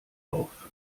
auf